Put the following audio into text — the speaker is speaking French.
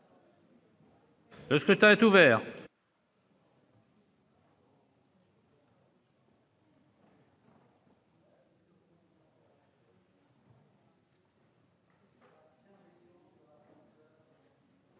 Le scrutin est ouvert.